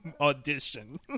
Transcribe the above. audition